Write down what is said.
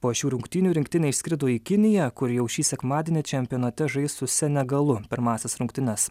po šių rungtynių rinktinė išskrido į kiniją kur jau šį sekmadienį čempionate žais su senegalu pirmąsias rungtynes